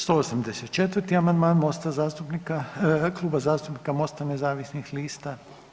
184. amandman MOST-a zastupnika, Kluba zastupnika MOST-a nezavisnih lista.